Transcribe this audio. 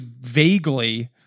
vaguely